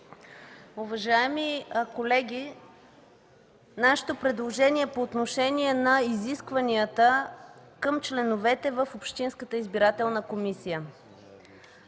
Уважаеми колеги, нашето предложение по отношение на изискванията към членовете в общинската избирателна комисия